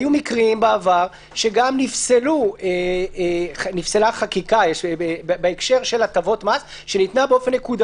היו מקרים שגם נפסלה חקיקה בהקשר של הטבות מס שניתנה באופן נקודתי.